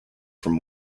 from